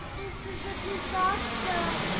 this is a disaster!